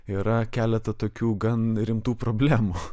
yra keletą tokių gan rimtų problemų